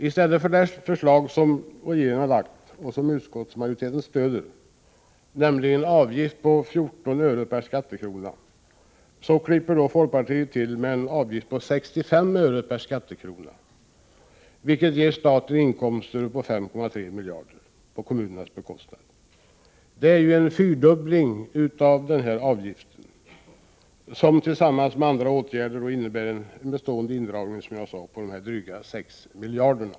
I stället för det förslag som regeringen har framlagt och som utskottsmajoriteten stöder, nämligen en avgift på 14 öre per skattekrona, klipper folkpartiet till med en avgift på 65 öre per skattekrona, vilket ger staten inkomster på 5,3 miljarder på kommunernas bekostnad. Det är en fyrdubbling av denna avgift, vilket tillsammans med andra avgifter medför en bestående indragning på drygt 6 miljarder.